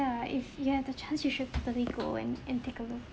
if you had the chance you should totally go and and take a look